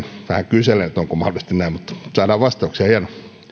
kyselen onko mahdollisesti näin mutta saadaan vastauksia hienoa